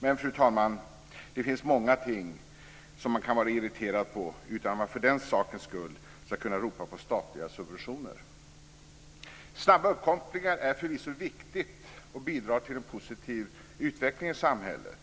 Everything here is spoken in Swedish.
Men, fru talman, det finns många ting som man kan vara irriterad på utan att man för den sakens skull ska kunna ropa på statliga subventioner. Snabba uppkopplingar är förvisso viktigt och bidrar till en positiv utveckling i samhället.